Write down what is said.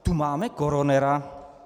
Tu máme koronera.